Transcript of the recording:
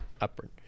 upward